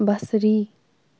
بصری